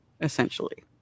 essentially